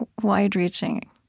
wide-reaching